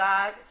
God